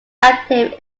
active